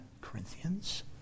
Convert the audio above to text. Corinthians